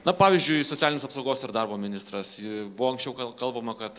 na pavyzdžiui socialinės apsaugos ir darbo ministras buvo anksčiau kal kalbama kad